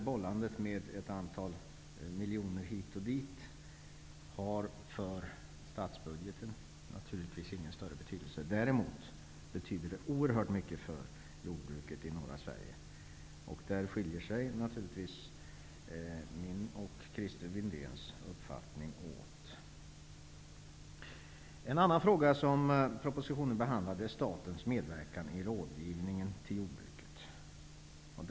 Bollandet med ett antal miljoner hit och dit har naturligtvis ingen större betydelse för statsbudgeten. Däremot betyder det oerhört mycket för jordbruket i norra Sverige. Där skiljer sig min och Christer Windéns uppfattning åt. En annan fråga som propositionen behandlar är statens medverkan i rådgivningen till jordbruket.